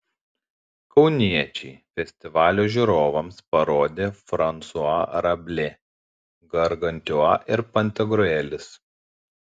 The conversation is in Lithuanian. kauniečiai festivalio žiūrovams parodė fransua rablė gargantiua ir pantagriuelis